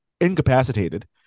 incapacitated